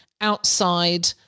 outside